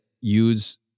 use